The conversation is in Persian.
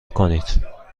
کنید